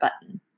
button